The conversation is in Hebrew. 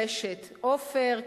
"רשת" עופר,